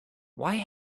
why